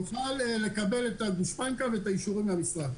יוכל לקבל את הגושפנקה ואת האישורים מהמשרד.